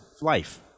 life